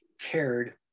cared